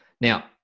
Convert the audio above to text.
Now